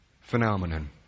phenomenon